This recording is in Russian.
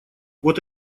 вот